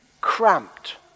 cramped